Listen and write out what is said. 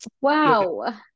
Wow